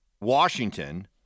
Washington